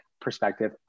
perspective